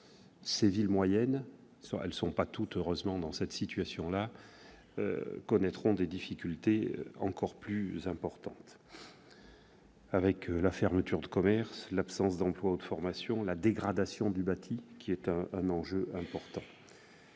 ces villes moyennes- même si elles ne sont pas toutes, heureusement, dans cette situation-là -connaîtront des difficultés encore plus importantes, avec la fermeture de commerces, l'absence d'emplois ou de formations, la dégradation du bâti, enjeu important.